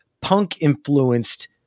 punk-influenced